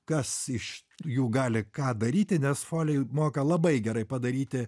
kas iš jų gali ką daryti nes folei moka labai gerai padaryti